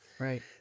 Right